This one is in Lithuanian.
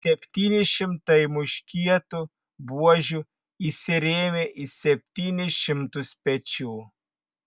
septyni šimtai muškietų buožių įsirėmė į septynis šimtus pečių